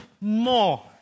more